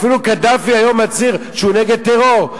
אפילו קדאפי היום מצהיר שהוא נגד טרור,